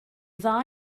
dda